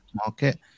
market